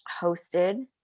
hosted